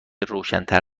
روشنتر